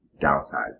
downside